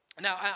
Now